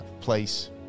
place